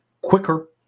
quicker